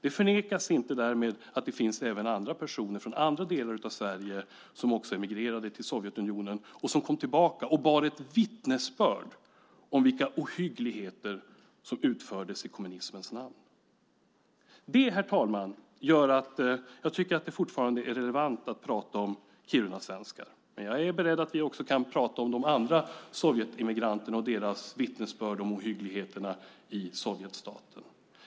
Det förnekas inte därmed att det finns även andra personer från andra delar av Sverige som också emigrerade till Sovjetunionen och som kom tillbaka och bar vittnesbörd om vilka ohyggligheter som utfördes i kommunismens namn. Det, herr talman, gör att jag fortfarande tycker att det är relevant att prata om kirunasvenskar. Men jag är beredd att också prata om de andra sovjetemigranterna och deras vittnesbörd om ohyggligheterna i Sovjetstaten.